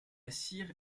cire